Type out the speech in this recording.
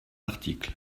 article